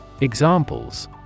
Examples